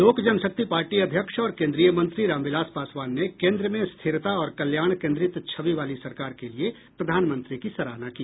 लोक जनशक्ति पार्टी अध्यक्ष और केन्द्रीय मंत्री रामविलास पासवान ने केन्द्र में स्थिरता और कल्याण केन्द्रित छवि वाली सरकार के लिए प्रधानमंत्री की सराहना की